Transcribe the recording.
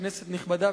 כנסת נכבדה,